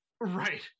right